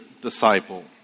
disciple